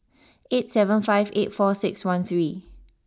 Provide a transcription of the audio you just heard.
eight seven five eight four six one three